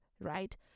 right